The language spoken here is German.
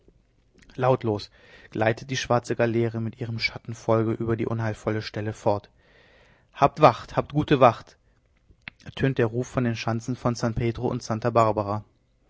lautlos gleitet die schwarze galeere mit ihrem schattengefolge über die unheilvolle stelle fort habt wacht habt gute wacht ertönt der ruf von den schanzen von san pedro und santa barbara